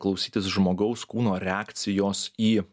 klausytis žmogaus kūno reakcijos į